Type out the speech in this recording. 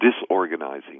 disorganizing